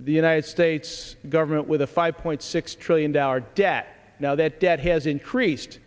the united states government with a five point six trillion dollar debt now that debt has increased